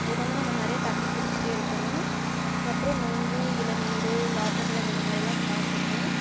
அதுக்கு வந்து நம்ம நிறையா தண்ணி குடிச்சுட்டே இருக்கணும் அதுக்கப்புறம் நுங்கு இளநீர் வாட்ரு மெலன் இந்த மாதிரிலாம் சாப்பிட்ணும்